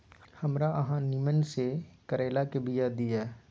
हमरा अहाँ नीमन में से करैलाक बीया दिय?